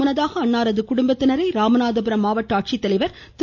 முன்னதாக அன்னாரது குடும்பத்தினரை ராமநாதபுரம் மாவட்ட ஆட்சித்தலைவர் திரு